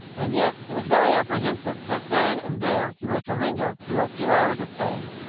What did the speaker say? and yet he was very apprehensive that then and there he was to linger through a few hours of pain,